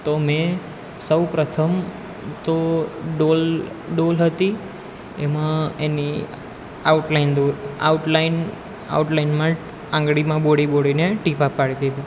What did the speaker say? તો મેં સૌપ્રથમ તો ડોલ ડોલ હતી એમાં એની આઉટલાઇન દો આઉટલાઇનમાં આંગળીમાં બોળી બોળીને ટીપાં પાડી દીધું